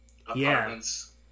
apartments